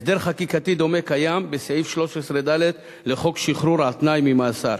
הסדר חקיקתי דומה קיים בסעיף 13(ד) לחוק שחרור על-תנאי ממאסר,